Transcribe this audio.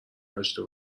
نداشته